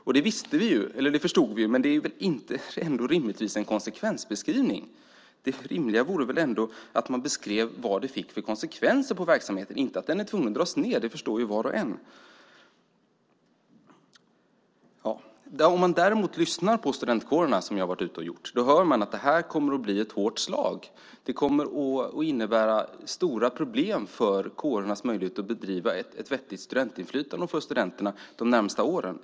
Och det förstod vi, men det är ändå inte rimligtvis en konsekvensbeskrivning. Det rimliga vore väl ändå att man beskrev vad det fick för konsekvenser för verksamheten - inte att den är tvungen att dras ned. Det förstår ju var och en. Om man däremot lyssnar på studentkårerna, vilket jag har gjort, hör man att det här kommer att bli ett hårt slag. Det kommer att innebära stora problem för kårernas möjlighet att bedriva ett vettigt studentinflytande och för studenterna de närmaste åren.